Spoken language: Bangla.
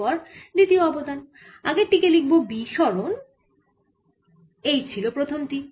এরপর দ্বিতীয় অবদান আগের টি কে লিখব B সরণ এই ছিল প্রথম টি